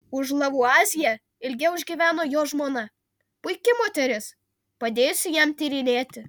už lavuazjė ilgiau išgyveno jo žmona puiki moteris padėjusi jam tyrinėti